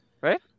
Right